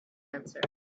answer